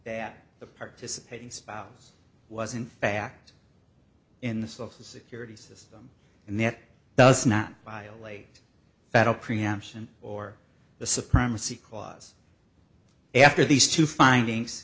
that the participating spouse was in fact in the social security system and that does not violate federal preemption or the supremacy clause after these two findings